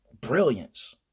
brilliance